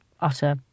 utter